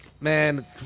man